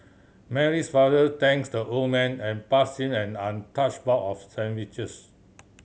Mary's father thanked the old man and pass him an untouched box of sandwiches